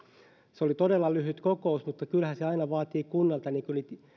se oli todella lyhyt kokous mutta kyllähän se aina vaatii kunnalta niitä